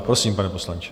Prosím, pane poslanče.